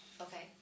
Okay